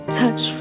touch